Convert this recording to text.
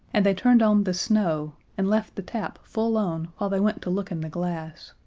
and they turned on the snow and left the tap full on while they went to look in the glass.